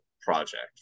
project